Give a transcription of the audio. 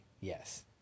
Yes